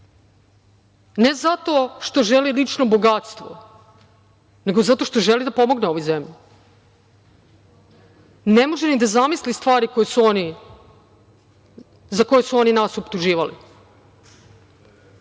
ne zato što želi lično bogatstvo, nego zato što želi da pomogne ovoj zemlji, ne može ni da zamisli stvari za koje su oni nas optuživali. Oni